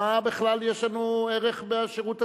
מה בכלל יש לנו ערך בשירות הציבורי?